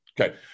okay